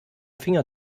finger